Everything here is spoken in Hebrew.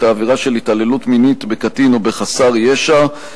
העבירה של התעללות מינית בקטין או בחסר ישע,